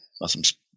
Muslims